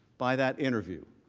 by that interview.